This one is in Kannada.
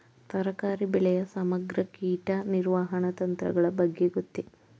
ತರಕಾರಿ ಬೆಳೆಯ ಸಮಗ್ರ ಕೀಟ ನಿರ್ವಹಣಾ ತಂತ್ರಗಳ ಬಗ್ಗೆ ಗೊತ್ತೇ?